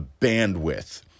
bandwidth